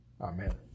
Amen